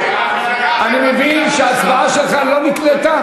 אני מבין שההצבעה שלך לא נקלטה,